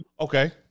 Okay